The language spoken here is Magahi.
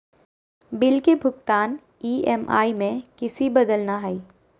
बिल के भुगतान ई.एम.आई में किसी बदलना है?